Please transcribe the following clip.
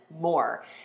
more